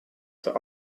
der